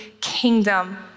kingdom